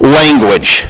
language